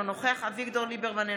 אינו נוכח אביגדור ליברמן,